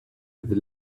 with